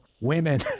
women